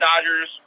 Dodgers